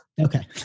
Okay